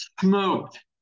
smoked